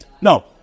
no